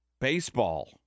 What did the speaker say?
baseball